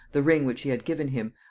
the ring which she had given him,